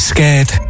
Scared